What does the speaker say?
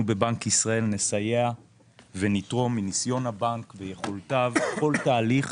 אנחנו בבנק ישראל נסייע ונתרום מניסיון הבנק ויכולותיו בכל תהליך